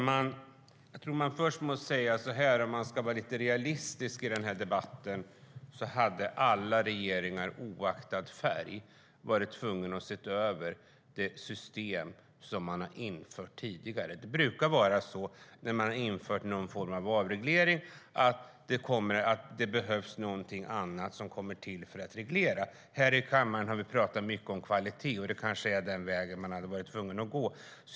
Herr talman! Om man ska vara lite realistisk i den här debatten måste man nog säga så här: Alla regeringar, oaktat färg, har varit tvungna att se över det system som man har infört tidigare. Det brukar vara så när man har infört någon form av avreglering att det behövs någonting annat som kommer till för att reglera. Här i kammaren har vi talat mycket om kvalitet, och det kanske var den vägen man hade varit tvungen att gå.